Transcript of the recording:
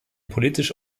politisch